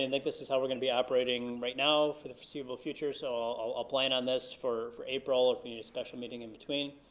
and like this is how we're gonna be operating right now for the foreseeable future, so i'll plan on this for for april ah a and special meeting in between.